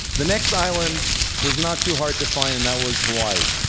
the next island was not too hard to find, and that was hawaii.